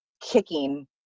kicking